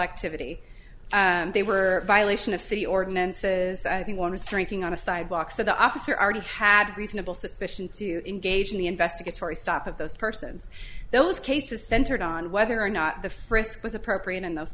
activity they were violation of city ordinances i think one was drinking on a sidewalk so the officer already had reasonable suspicion to engage in the investigatory stop of those persons those cases centered on whether or not the frisk was appropriate in those